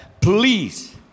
please